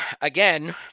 again